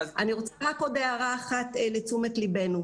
רק עוד הערה אחת לתשומת ליבנו.